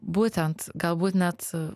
būtent galbūt net